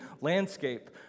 landscape